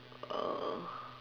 oh